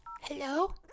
Hello